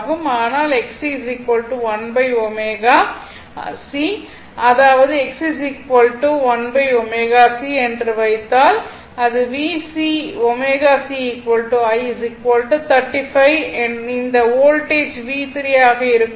ஆனால் x c 1 ω c அதாவது x c 1 ω c என்று வைத்தால் அது V ω c I 35 இந்த வோல்டேஜ் V3 ஆக இருக்கும்